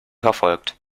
verfolgt